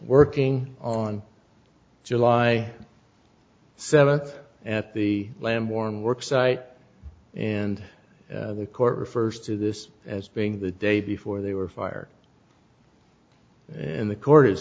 working on july seventh at the lamb warren work site and the court refers to this as being the day before they were fired and the court is